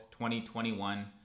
2021